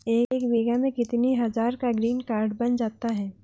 एक बीघा में कितनी हज़ार का ग्रीनकार्ड बन जाता है?